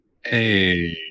Hey